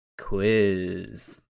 quiz